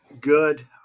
Good